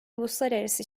uluslararası